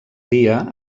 dia